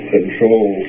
Control